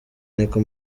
niko